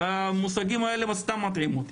המושגים האלה סתם מטעים אותי.